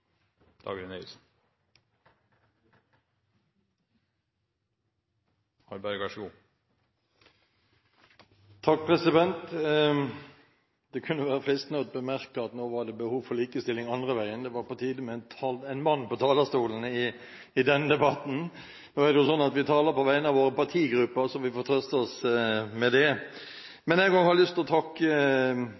Det kunne være fristende å bemerke at nå var det behov for likestilling andre veien. Det var på tide med en mann på talerstolen i denne debatten. Nå er det jo sånn at vi taler på vegne av våre partigrupper, så vi får trøste oss med det. Også jeg har lyst til å takke